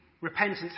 repentance